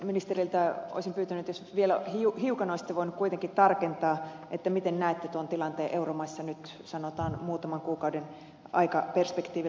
ministeriltä olisin pyytänyt jos vielä hiukan olisitte voinut kuitenkin tarkentaa että miten näette tuon tilanteen euromaissa nyt sanotaan muutaman kuukauden aikaperspektiivillä